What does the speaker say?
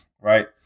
right